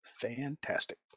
Fantastic